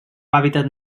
hàbitat